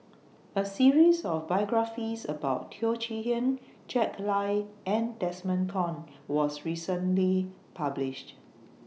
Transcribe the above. A series of biographies about Teo Chee Hean Jack Lai and Desmond Kon was recently published